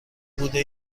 بوده